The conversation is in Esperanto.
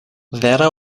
vera